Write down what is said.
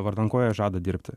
vardan ko jie žada dirbti